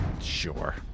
Sure